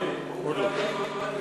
שלוש דקות.